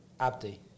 Abdi